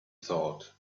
thought